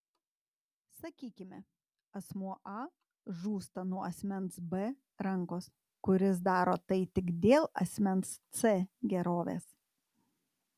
sakykime asmuo a žūsta nuo asmens b rankos kuris daro tai tik dėl asmens c gerovės